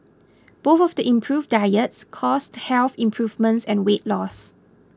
both of the improved diets caused health improvements and weight loss